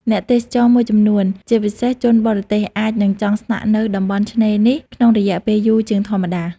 អ្នកទេសចរមួយចំនួន ជាពិសេសជនបរទេស អាចនឹងចង់ស្នាក់នៅតំបន់ឆ្នេរនេះក្នុងរយៈពេលយូរជាងធម្មតា។